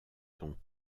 tons